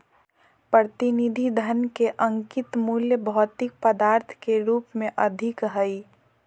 प्रतिनिधि धन के अंकित मूल्य भौतिक पदार्थ के रूप में अधिक हइ